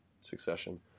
succession